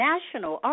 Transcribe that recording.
National